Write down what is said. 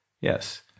Yes